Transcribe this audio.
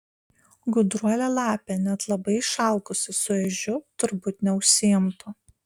gudruolė lapė net labai išalkusi su ežiu turbūt neužsiimtų